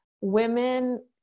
women